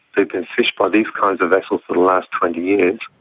they've been fished by these kinds of vessels for the last twenty years.